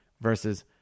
versus